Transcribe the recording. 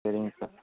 சரிங்க சார்